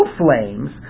flames